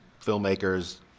filmmakers